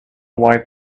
why